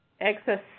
excess